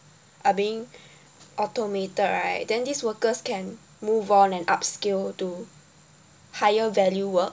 are being automated right then these workers can move on and upscale to higher value work